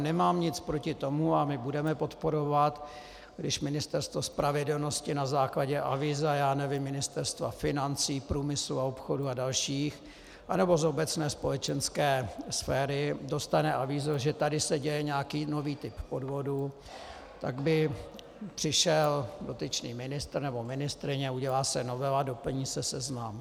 Nemám nic proti tomu a budeme podporovat, když Ministerstvo spravedlnosti na základě avíza Ministerstva financí, průmyslu a obchodu a dalších anebo z obecné společenské sféry dostane avízo, že se tady děje nějaký nový typ podvodu, tak by přišel dotyčný ministr nebo ministryně, udělá se novela, doplní se seznam.